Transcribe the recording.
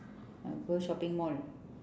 uh go shopping mall